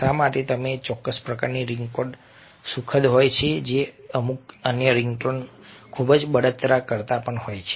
શા માટે તે ચોક્કસ પ્રકારની રિંગટોન સુખદ હોય છે જ્યારે અમુક અન્ય રિંગટોન ખૂબ જ બળતરા કરે છે